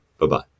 Bye-bye